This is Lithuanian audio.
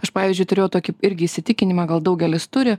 aš pavyzdžiui turėjau tokį irgi įsitikinimą gal daugelis turi